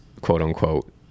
quote-unquote